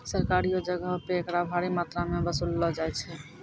सरकारियो जगहो पे एकरा भारी मात्रामे वसूललो जाय छै